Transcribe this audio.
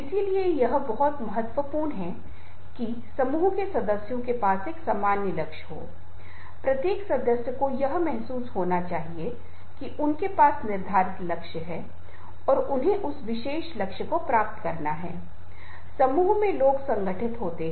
अब यह बहुत महत्वपूर्ण है जब हम नेताओं को उनकी अच्छी संचार क्षमता के साथ प्रेरित करने की बात करते हैं वे प्रेरित करते हैं कि वे प्रेरित कर सकते हैं इस पहलू में बहुत सारे उदाहरण देखे जा सकते हैं जैसे आप जानते हैं कि अच्छे वक्ता हैं अच्छे वक्ता हैं और अपने भाषणों के माध्यम से अपने प्रवचनों के माध्यम से वे हजारों लोग हैं जो उनके अनुयायी बन जाते हैं